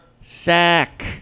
sack